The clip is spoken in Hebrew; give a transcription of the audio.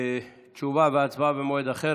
תשובה והצבעה במועד אחר.